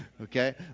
Okay